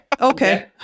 Okay